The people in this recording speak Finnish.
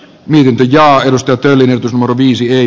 myynti ja asennustyöt eli viisi ei